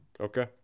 Okay